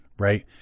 Right